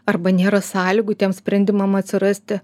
arba nėra sąlygų tiem sprendimam atsirasti